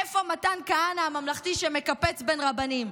איפה מתן כהנא הממלכתי, שמקפץ בין רבנים?